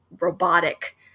robotic